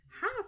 Half